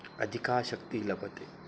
अधिका शक्तिः लभ्यते